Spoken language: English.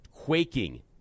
quaking